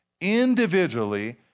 individually